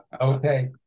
Okay